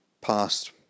past